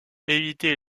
éviter